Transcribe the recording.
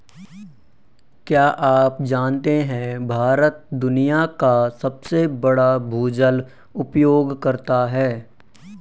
क्या आप जानते है भारत दुनिया का सबसे बड़ा भूजल उपयोगकर्ता है?